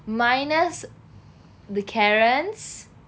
minus the carens